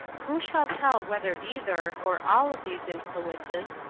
who shall tell whether either, or all of these influences,